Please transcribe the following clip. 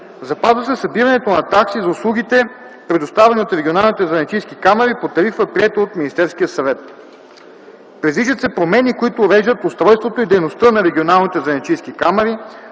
Запазва се събирането на такси за услугите, предоставяни от регионални занаятчийски камари, по тарифа, приета от Министерския съвет. Предвиждат се промени, които уреждат устройството и дейността на регионалните занаятчийски камари,